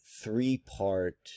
three-part